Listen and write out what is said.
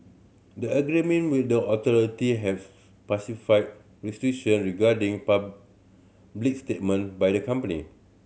the agreement with the authority have restriction regarding public statement by the company